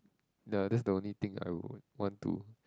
the that's the only thing I would want to